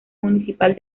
municipal